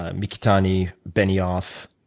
ah and mikitani, benioff,